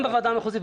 גם בוועדה המחוזית,